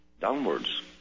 downwards